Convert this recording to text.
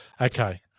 Okay